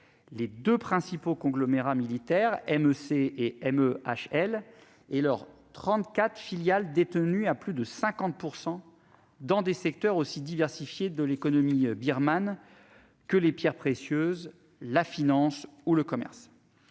les deux principaux conglomérats militaires- la (MEC) et la (MEHL) -et leurs trente-quatre filiales détenues à plus de 50 % dans des secteurs aussi diversifiés de l'économie birmane que les pierres précieuses, la finance ou le commerce.